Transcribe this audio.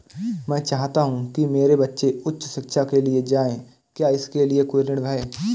मैं चाहता हूँ कि मेरे बच्चे उच्च शिक्षा के लिए जाएं क्या इसके लिए कोई ऋण है?